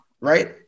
right